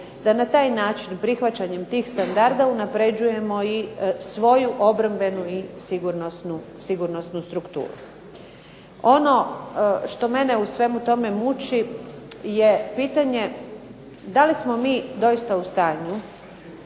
da na taj način prihvaćanjem tih standarda unapređujemo i svoju obrambenu i sigurnosnu strukturu. Ono što mene u svemu tome muči je pitanje da li smo mi doista u stanju,